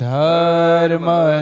Dharma